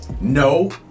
No